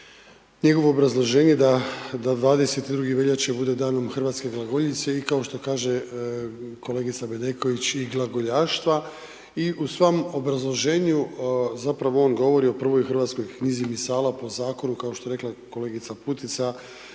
njegovo obrazloženje da 22. veljače bude Danom hrvatske glagoljice i kao što kaže kolega Bedeković, i glagoljaštva i u svom obrazloženju zapravo on govori o prvoj hrvatskoj knjizi Misala po zakonu kao što je rekla kolegica Putica,